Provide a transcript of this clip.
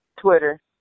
Twitter